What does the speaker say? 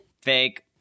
Fake